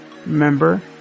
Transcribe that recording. Remember